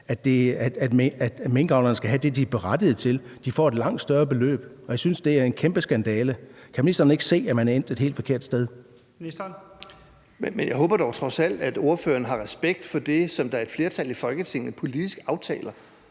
at minkavlerne skal have det, de er berettigede til. De får et langt større beløb, og jeg synes, det er en kæmpe skandale. Kan ministeren ikke se, at man er endt et helt forkert sted? Kl. 15:41 Første næstformand (Leif Lahn Jensen): Ministeren.